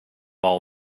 all